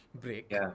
break